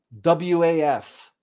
WAF